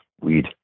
weed